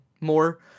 more